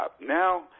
Now